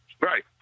Right